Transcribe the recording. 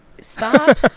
stop